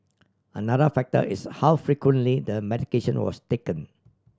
another factor is how frequently the medication was taken